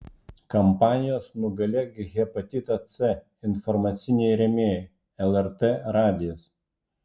kampanijos nugalėk hepatitą c informaciniai rėmėjai lrt radijas